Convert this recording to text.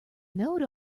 node